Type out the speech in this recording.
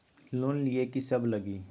Loan लिए की सब लगी?